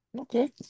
okay